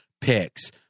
picks